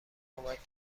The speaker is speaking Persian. کمک